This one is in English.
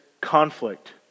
conflict